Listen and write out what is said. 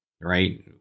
right